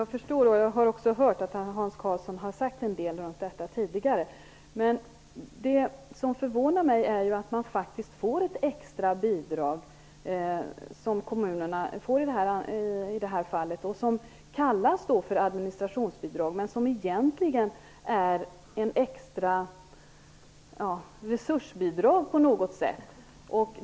Herr talman! Jag har hört att Hans Karlsson har sagt en del runt detta tidigare. Det som förvånar mig är att kommunerna i detta fall faktiskt får ett extra bidrag. Det kallas för administrationsbidrag, men det är egentligen ett extra resursbidrag.